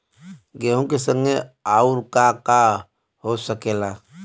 गेहूँ के संगे अउर का का हो सकेला?